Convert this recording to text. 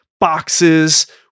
boxes